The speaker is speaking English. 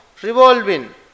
Revolving